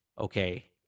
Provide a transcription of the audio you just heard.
okay